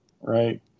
right